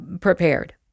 prepared